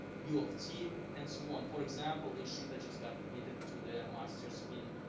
u of t, and so on. for example, ishita just got admitted to their masters in,